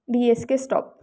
D S K stop